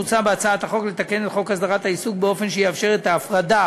מוצע בהצעת החוק לתקן את חוק הסדרת העיסוק באופן שיאפשר את ההפרדה